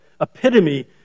epitome